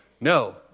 no